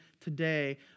today